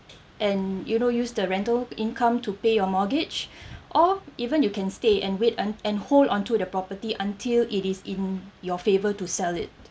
and you know use the rental income to pay your mortgage or even you can stay and wait and and hold onto the property until it is in your favour to sell it